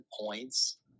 points